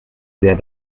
sehr